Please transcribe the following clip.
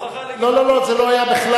הוכחה לגזענות, לא, לא, לא, זה לא היה בכלל.